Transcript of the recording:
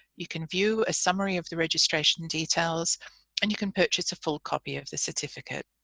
you can view a summary of the registration details and you can purchase a full copy of the certificate.